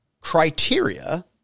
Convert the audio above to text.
criteria